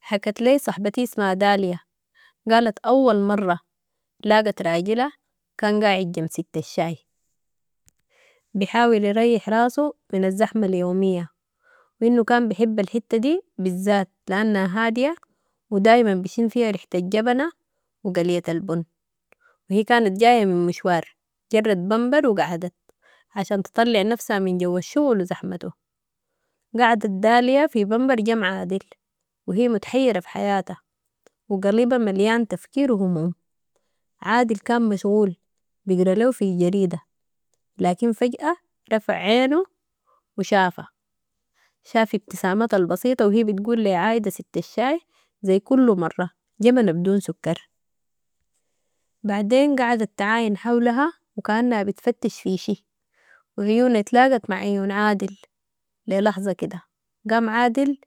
حكت لي صحبتي اسمها داليا ، قالت أول مرة لاقت راجلها كان قاعد جم ست الشاي، بيحاول يريح راسو من الزحمة اليومية وإنو كان بيحب الحتة دي بالذات لانها هادية ودايما بيشم فيها ريحة الجبنة وقلية البن وهي كانت جاية من مشوار، جرت بنبر وقعدت عشان تطلع نفسها من جوه الشغل وزحمتو، قعدت داليا في بنبر جم عادل وهي متحيرة في حياتها وقلبها مليان تفكير وهموم، عادل كان مشغول بقرأ ليهو في جريدة، لكن فجأة رفع عينو وشافها شاف ابتساماتها البسيطة وهي بتقول لي عايدة ست الشاي زي كل مرة جبنة بدون سكر، بعدين قعدت تعاين حولها وكانها بتفتش في شي وعيونا اتلاقت مع عيون عادل للحظة كده، قام عادل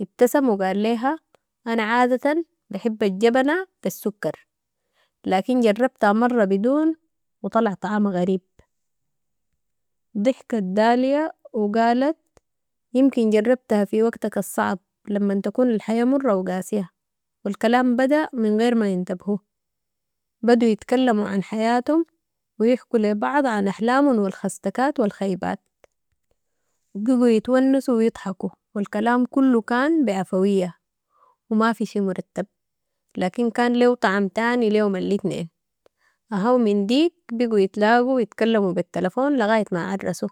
ابتسم وقال ليها انا عادة بحب الجبنة بالسكر لكن جربتها مرة بدون وطلع طعما غريب ضحكت داليا وقالت يمكن جربتها في وقتك الصعب لما تكون الحياة مرة وقاسية والكلام بدأ من غير ما ينتبهوا بدوا يتكلموا عن حياتهم ويحكوا لبعض عن احلامهم والخستكات والخيبات، بيقوا يتونسوا ويضحكوا والكلام كلو كان بعفوية وما في شي مرتب لكن كان ليهو طعم تاني ليهم الاتنين اها و من ديك بيقوا يتلاقوا ويتكلموا بالتلفون لغاية ما عرسوا.